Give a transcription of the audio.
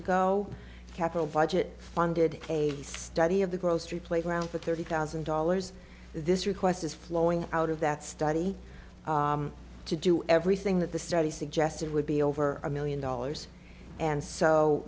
ago capital budget funded a study of the grocery playground for thirty thousand dollars this request is flowing out of that study to do everything that the study suggested would be over a million dollars and so